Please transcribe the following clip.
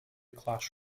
class